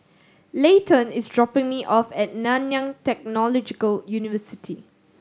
Layton is dropping me off at Nanyang Technological University